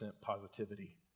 positivity